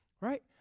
right